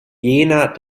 jener